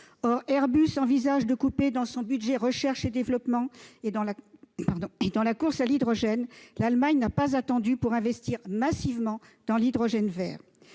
Or Airbus envisage de couper dans son budget de recherche et développement, alors même que, dans la course à l'hydrogène, l'Allemagne n'a pas attendu pour investir massivement dans l'hydrogène vert.